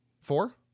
Four